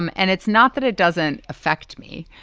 um and it's not that it doesn't affect me.